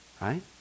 Right